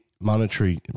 monetary